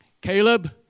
Caleb